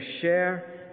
share